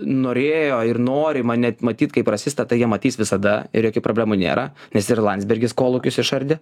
norėjo ir nori mane matyt kaip rasistą tai jie matys visada ir jokių problemų nėra nes ir landsbergis kolūkius išardė